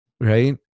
right